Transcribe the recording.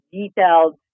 detailed